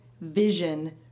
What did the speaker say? vision